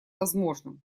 возможным